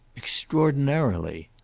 extraordinarily.